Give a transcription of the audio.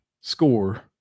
score